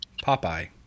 Popeye